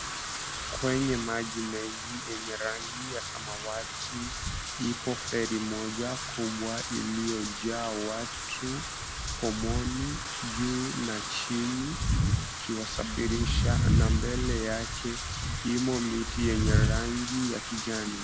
Kwenye maji mengi yenye rangi ya samawati, ipo feri moja kubwa iliyojaa watu pomoni juu na chini ikiwasafirisha. Na mbele yake imo miti yenye rangi ya kijani.